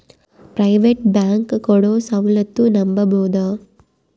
Private bank ಕೊಡೊ ಸೌಲತ್ತು ನಂಬಬೋದ?